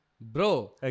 Bro